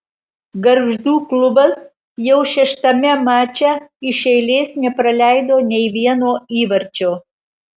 gargždų klubas jau šeštame mače iš eilės nepraleido nei vieno įvarčio